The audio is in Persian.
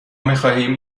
میخواهیم